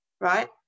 right